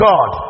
God